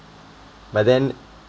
but then